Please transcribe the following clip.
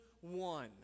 one